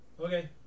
Okay